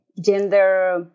gender